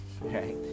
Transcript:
right